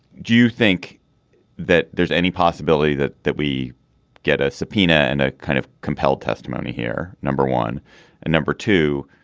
do you think that there's any possibility that that we get a subpoena and a kind of compel testimony here number one and number two.